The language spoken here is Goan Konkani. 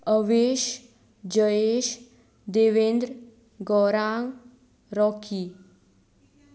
अवेश जयेश देवेंद्र गौरांग रॉकी